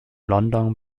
london